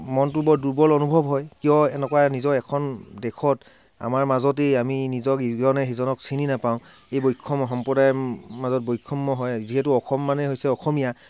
মনটো বৰ দুৰ্বল অনুভৱ হয় কিয় এনেকুৱা নিজৰ এখন দেশত আমাৰ মাজতেই আমি নিজক ইজনে সিজনক চিনি নাপাওঁ এই বৈষম্য সম্প্ৰদায়ৰ মাজত বৈষম্য হয় যিহেতু অসম মানেই হৈছে অসমীয়া